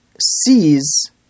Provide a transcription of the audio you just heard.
sees